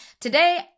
Today